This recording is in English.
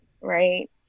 right